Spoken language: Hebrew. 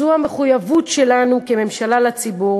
זו המחויבות שלנו כממשלה לציבור,